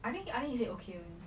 I think I think he said okay only